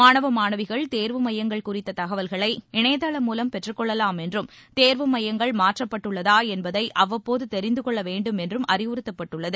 மாணவ மாணவிகள் தேர்வு மையங்கள் குறித்த தகவல்களை இணையதளம் மூலம் பெற்றுக் கொள்ளலாம் என்றும் தேர்வு மையங்கள் மாற்றப்பட்டுள்ளதா என்பதை அவ்வப்போது தெரிந்து கொள்ள வேண்டும் என்றும் அறிவுறுத்தப்பட்டுள்ளது